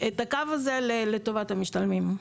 את הקו הזה לטובת המשתלמים.